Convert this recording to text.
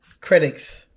Critics